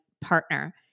partner